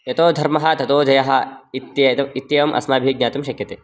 यतो धर्मः ततो जयः इत्येत् इत्येवम् अस्माभिः ज्ञातुं शक्यते